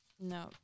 No